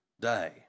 day